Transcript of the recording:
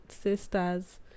Sisters